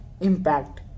impact